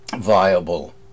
viable